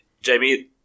Jamie